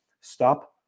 stop